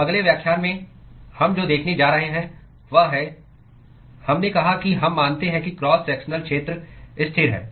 तो अगले व्याख्यान में हम जो देखने जा रहे हैं वह है हमने कहा कि हम मानते हैं कि क्रॉस सेक्शनल क्षेत्र स्थिर है